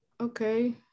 Okay